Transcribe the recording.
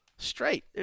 Straight